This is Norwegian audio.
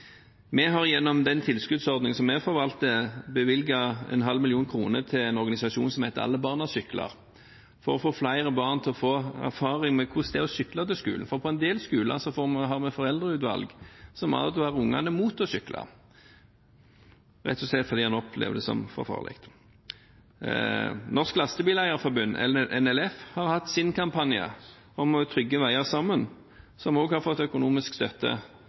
Vi har gjennom den tilskuddsordningen som vi forvalter, bevilget 0,5 mill. kr til en organisasjon som heter Alle barn sykler, for å få flere barn til å få erfaring med hvordan det er å sykle til skolen – for på en del skoler er det foreldreutvalg som advarer barna mot å sykle, rett og slett fordi en opplever det som for farlig. Norges Lastebileier-Forbund, NLF, har hatt sin kampanje om å få trygge veier sammen, som også har fått økonomisk støtte